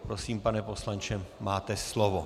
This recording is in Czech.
Prosím, pane poslanče, máte slovo.